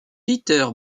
peter